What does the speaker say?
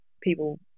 people